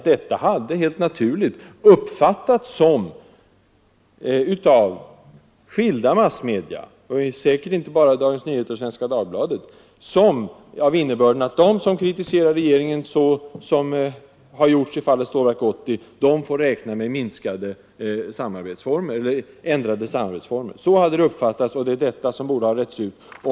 Det har helt naturligt av skilda massmedia — säkert inte bara av Dagens Nyheter och Svenska Dagbladet — uppfattats så, att de som kritiserar regeringen, som Industriförbundet anses ha gjort i fallet Stålverk 80, får räkna med ändrade samarbetsformer. Så har det uppfattats, och det är det som borde ha retts ut.